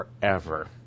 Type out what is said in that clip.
forever